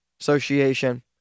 Association